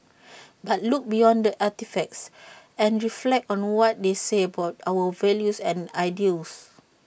but look beyond the artefacts and reflect on what they say about our values and ideals